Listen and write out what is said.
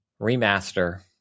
remaster